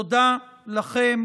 תודה לכם.